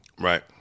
Right